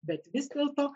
bet vis dėlto